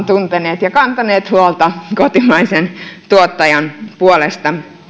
tunteneet ja kantaneet huolta kotimaisen tuottajan puolesta